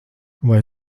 vai